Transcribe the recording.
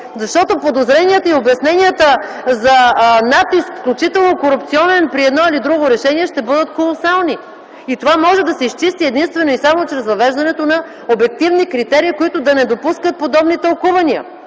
защото подозренията и обясненията за натиск, включително корупционен, при едно или друго решение, ще бъдат колосални. И това може да се изчисти единствено и само чрез въвеждането на обективни критерии, които да не допускат подобни тълкувания,